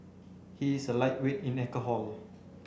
he is a lightweight in alcohol